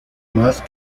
más